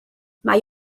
mae